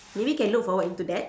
maybe you can look forward into that